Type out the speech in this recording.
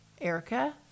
Erica